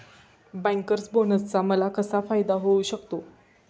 Bankers बोनसचा मला कसा फायदा होऊ शकतो?